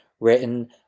written